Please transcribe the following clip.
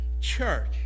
church